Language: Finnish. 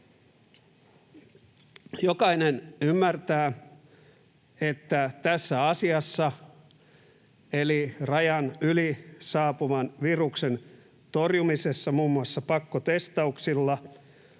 Jokainen ymmärtää, että tässä asiassa, eli rajan yli saapuvan viruksen torjumisessa muun muassa pakkotestauksilla,